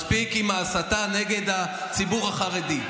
מספיק עם ההסתה נגד הציבור החרדי.